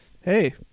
hey